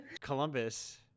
columbus